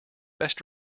best